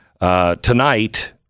Tonight